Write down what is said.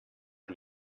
die